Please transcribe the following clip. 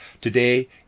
Today